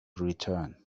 return